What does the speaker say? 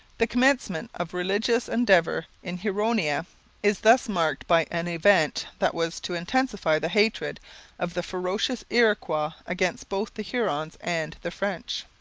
the commencement of religious endeavour in huronia is thus marked by an event that was to intensify the hatred of the ferocious iroquois against both the hurons and the french.